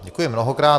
Děkuji mnohokrát.